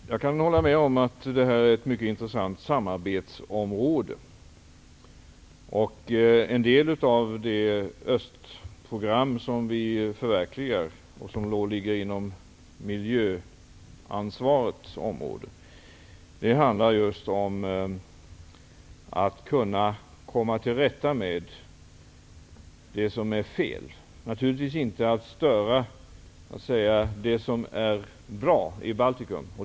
Herr talman! Jag kan hålla med om att detta är ett mycket intressant samarbetsområde. En del av det östprogram som vi förverkligar, som ligger inom miljöansvarets område, handlar just om att komma till rätta med det som är fel. Vi skall naturligtvis inte störa det som är bra i Baltikum.